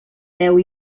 veu